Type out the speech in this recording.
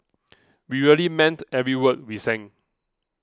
we really meant every word we sang